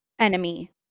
Enemy